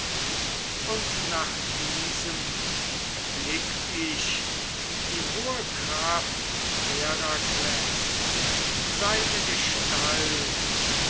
und nach diesem erblickt ich die hohe kraft herakles seine gestalt